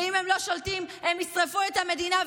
ואם הם לא שולטים הם ישרפו את המדינה,